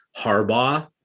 Harbaugh